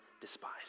despise